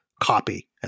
copy